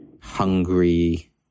hungry